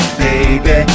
baby